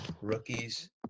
rookies